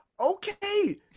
Okay